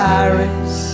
Paris